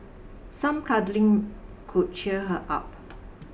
some cuddling could cheer her up